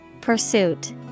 Pursuit